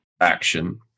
action